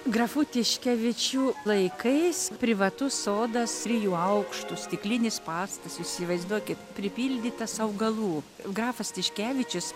grafų tiškevičių laikais privatus sodas trijų aukštų stiklinis pastatas įsivaizduokit pripildytas augalų grafas tiškevičius